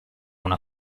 una